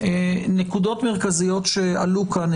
נקודות מרכזיות שעלו כאן.